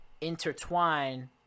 intertwine